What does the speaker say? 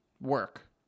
work